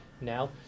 now